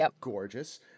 gorgeous